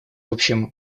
общем